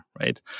right